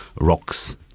rocks